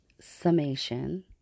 summation